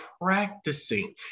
practicing